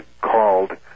called